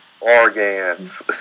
Organs